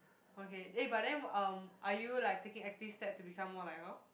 okay eh but then um are you like taking active step that to become more like her